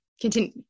continue